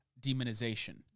demonization